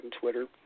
Twitter